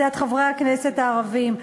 את חברי הכנסת הערבים.